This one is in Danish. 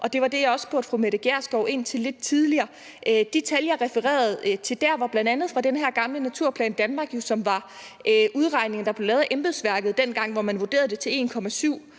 Det var det, jeg også spurgte fru Mette Gjerskov om tidligere. De tal, jeg refererede til der, var bl.a. fra den der gamle Naturplan Danmark, som var udregninger, der blev lavet af embedsværket dengang, hvor man vurderede det til 1,17